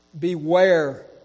Beware